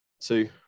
two